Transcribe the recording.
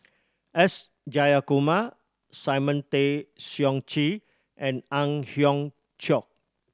S Jayakumar Simon Tay Seong Chee and Ang Hiong Chiok